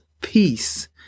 peace